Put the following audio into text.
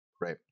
Right